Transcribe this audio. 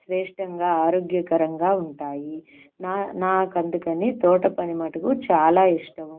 శ్రేష్టంగా ఆరోగ్యకరంగా ఉంటాయి నా నాకు అందుకని తోట పని మటుకు చాలా ఇష్టము